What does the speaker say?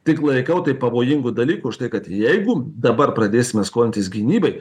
tik laikau tai pavojingu dalyku už tai kad jeigu dabar pradėsime skolintis gynybai